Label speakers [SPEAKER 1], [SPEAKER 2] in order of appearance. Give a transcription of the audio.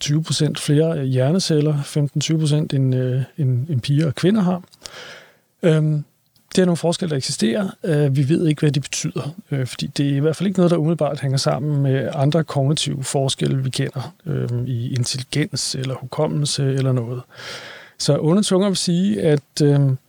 [SPEAKER 1] 20% flere hjerneceller, 15-20% end, øh, end- end piger og kvinder har. Øhm, det er nogle forskelle, der eksisterer. Øh, vi ved ikke, hvad de betyder, øh, fordi det er i hvert fald ikke noget, der umiddelbart hænger sammen med andre kognitive forskelle, vi kender, øhm, i intelligens eller hukommelse eller noget. Så onde tunger vil sige, at, øhm,